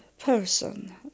person